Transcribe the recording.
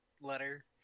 letter